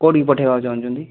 କେଉଁଠି କି ପଠାଇବାକୁ ଚାହୁଁଛନ୍ତି